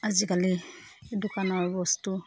আজিকালি দোকানৰ বস্তু